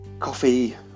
coffee